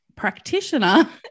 practitioner